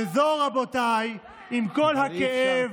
וזו, רבותיי, עם כל הכאב,